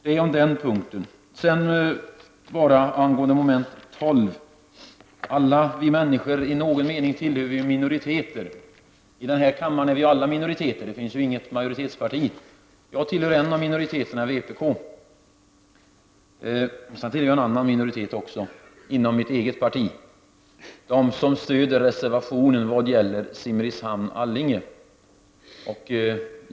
Beträffande mom. 12 vill jag säga följande. Alla människor tillhör minoriteter i någon mening. I denna kammare tillhör vi alla minoriteter. Det finns ju inte något majoritetsparti. Jag tillhör en av minoriteterna, nämligen vpk. Sedan tillhör jag en annan minoritet också inom mitt eget parti, nämligen den minoritet som stöder reservationen om färjelinjen Simrishamn— Allinge.